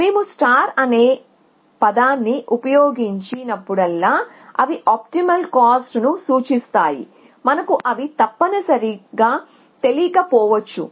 మేము అనే పదాన్ని ఉపయోగించి నప్పుడల్లా అవి ఆప్టిమల్ కాస్ట్ ను సూచిస్తాయి మనకు అవి తప్పనిసరిగా తెలియక పోవచ్చు